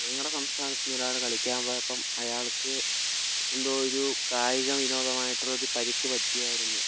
ഞങ്ങളുടെ സംസ്ഥാനത്ത് നിന്ന് ഒരാൾ കളിക്കാൻ പോയപ്പം അയാൾക്ക് എന്തോ ഒരു കായിക വിനോദമായിട്ടുള്ളൊരു പരിക്ക് പറ്റിയായിരുന്നു